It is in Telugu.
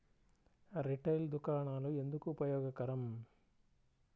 రిటైల్ దుకాణాలు ఎందుకు ఉపయోగకరం?